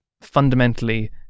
fundamentally